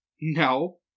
no